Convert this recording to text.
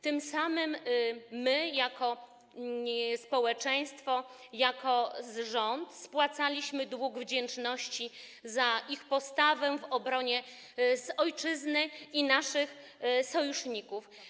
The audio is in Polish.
Tym samym my jako społeczeństwo, jako rząd spłacaliśmy dług wdzięczności za ich postawę w obronie ojczyzny i naszych sojuszników.